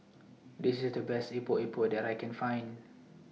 This IS The Best Epok Epok that I Can Find